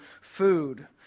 food